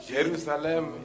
Jerusalem